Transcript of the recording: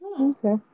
Okay